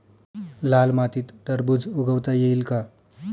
लाल मातीत टरबूज उगवता येईल का?